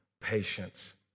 patience